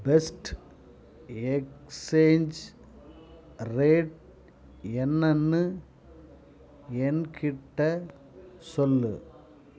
best exchange rate என்னென்னு என்கிட்ட சொல்லு